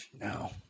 No